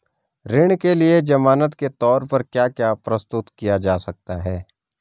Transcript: ऋण के लिए ज़मानात के तोर पर क्या क्या प्रस्तुत किया जा सकता है?